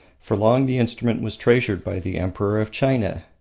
for long the instrument was treasured by the emperor of china,